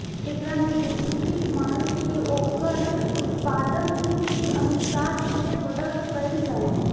एकरा में बिक्री माल के ओकर उत्पादन के अनुसार फेर बदल कईल जाला